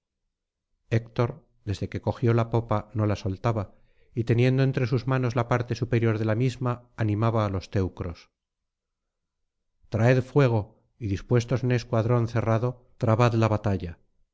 héctor desde que cogió la popa no la soltaba y teniendo entre sus manos la parte superior de la misma animaba á los teucros traed fuego y dispuestos en escuadrón cerrado trabad la